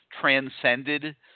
transcended